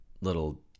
little